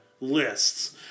lists